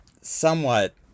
somewhat